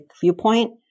viewpoint